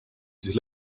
siis